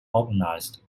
organized